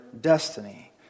destiny